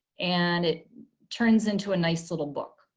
and it turns into a nice little book.